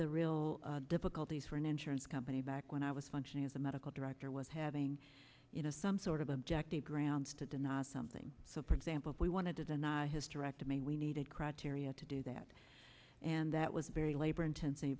the real difficulties for an insurance company back when i was functioning as a medical director was having you know some sort of objective grounds to deny something so for example if we want to design a hysterectomy we needed criteria to do that and that was very labor intensive